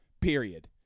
Period